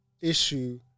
issue